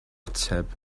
ateb